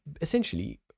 essentially